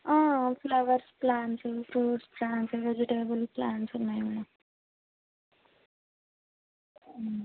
flowers plants fruits plants vegetable plants ఉన్నాయి madam